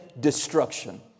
destruction